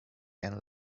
and